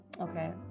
Okay